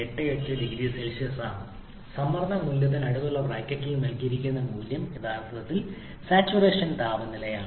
88 0 C ആണ് സമ്മർദ്ദ മൂല്യത്തിന് അടുത്തുള്ള ബ്രാക്കറ്റിൽ നൽകിയിരിക്കുന്ന മൂല്യം യഥാർത്ഥത്തിൽ സാച്ചുറേഷൻ താപനിലയാണ്